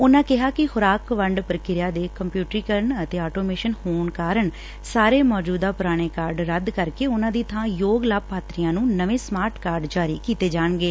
ਉਨੂਾ ਕਿਹਾ ਕਿ ਖ਼ੁਰਾਕ ਵੰਡ ਪ੍ਰਕਿਰਿਆ ਦੇ ਕੰਪਿਉਟ੍ਟੀਕਰਨ ਅਤੇ ਆਟੋਮੇਸ਼ਨ ਹੋਣ ਕਰਕੇ ਸਾਰੇ ਮੌਜੂਦਾਪੁਰਾਣੇ ਕਾਰਡ ਰੱਦ ਕਰਕੇ ਉਨ੍ਹਾ ਦੀ ਥਾ ਯੋਗ ਲਾਭਪਾਤਰੀਆਂ ਨੂੰ ਨਵੇਂ ਸਮਾਰਾਟ ਕਾਰਡ ਜਾਰੀ ਕੇਤੇ ਜਾਣਗੇ